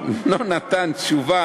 לא נתן תשובה